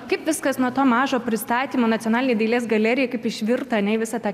kaip viskas nuo to mažo pristatymo nacionalinėj dailės galerijoj kaip išvirto ane į visą tą